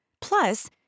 Plus